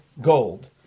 gold